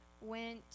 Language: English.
went